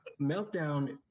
Meltdown